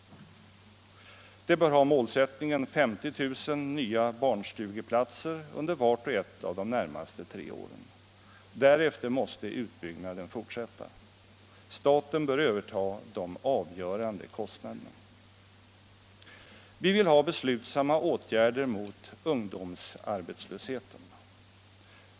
Det bör ha målsättningen 50 000 nya barnstugeplatser under vart och ett av de närmaste tre åren. Därefter måste utbyggnaden fortsätta. Staten bör överta de avgörande kostnaderna. Vi vill ha beslutsamma åtgärder mot ungdomsarbetslösheten.